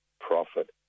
profit